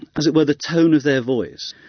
as it were, the tone of their voice.